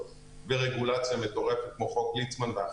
ועם רגולציה מטורפת כמו חוק ליצמן ואחרים.